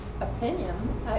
opinion